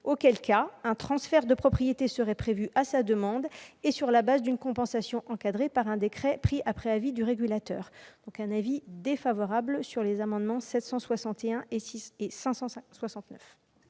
auquel cas un transfert de propriété serait prévu à sa demande, sur la base d'une compensation encadrée par un décret pris après avis du régulateur. La commission est défavorable aux amendements n 761